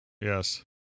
Yes